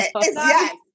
yes